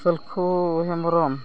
Salkhu Hembrom